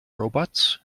robots